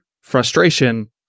frustration